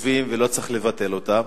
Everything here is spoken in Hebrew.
טובים ולא צריך לבטל אותם.